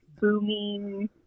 booming